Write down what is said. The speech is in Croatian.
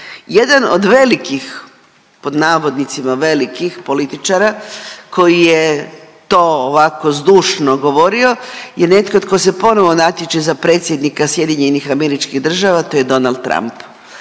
Jedan od velikih pod navodnicima velikih političara koji je to ovako zdušno govorio je netko tko se ponovo natječe za predsjednika SAD-a to je Donald Trump.